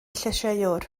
llysieuwr